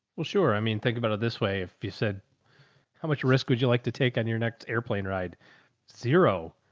well, sure. i mean, think about it this way. if you said how much risk would you like to take on your next airplane? ride zero.